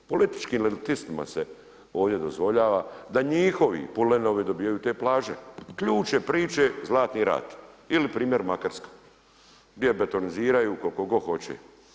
Političkim elitistima se ovdje dozvoljava da njihovi pulenovi dobivaju te plaže, ključ je priče Zlatni rat ili primjer Makarska gdje betoniziraju koliko god hoće.